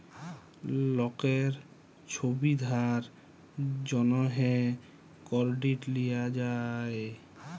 লকের ছুবিধার জ্যনহে কেরডিট লিয়া যায়